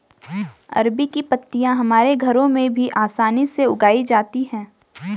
अरबी की पत्तियां हमारे घरों में भी आसानी से उगाई जाती हैं